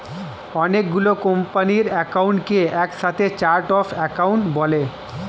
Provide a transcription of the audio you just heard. অনেক গুলো কোম্পানির অ্যাকাউন্টকে একসাথে চার্ট অফ অ্যাকাউন্ট বলে